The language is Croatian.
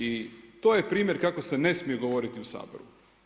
I to je primjer kako se ne smije govoriti u Saboru.